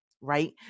right